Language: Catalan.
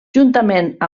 juntament